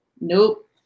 Nope